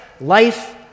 Life